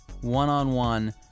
one-on-one